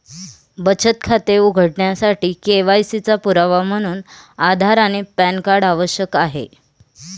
बचत खाते उघडण्यासाठी के.वाय.सी चा पुरावा म्हणून आधार आणि पॅन कार्ड आवश्यक आहे